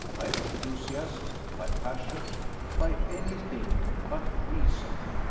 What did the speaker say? by enthusiasm, by passion by any thing but reason.